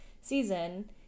season